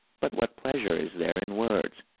but what pleasure is there in words?